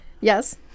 yes